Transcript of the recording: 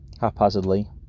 haphazardly